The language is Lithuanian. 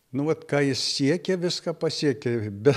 nu vat ką jis siekė viską pasiekė be